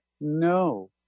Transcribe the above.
No